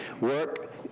work